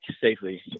safely